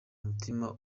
umutima